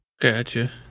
Gotcha